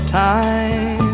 time